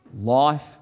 Life